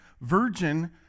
virgin